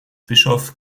bischof